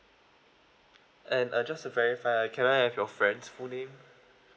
and uh just to verify can I have your friend's full name